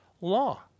law